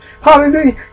Hallelujah